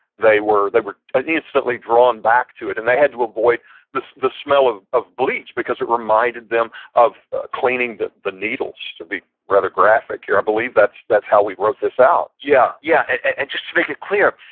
they were they were instantly drawn back to it, and they had to avoid the smell of of bleach because it reminded them of cleaning the the needles, to be rather graphic here. i believe that's that's how we wrote this out yeah, yeah and just to make it clear,